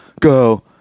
Go